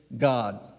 God